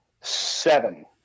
seven